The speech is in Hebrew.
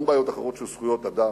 אין בעיות אחרות של זכויות אדם,